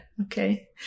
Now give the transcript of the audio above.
okay